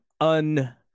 un